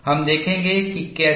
हम देखेंगे कि कैसे